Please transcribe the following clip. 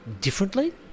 differently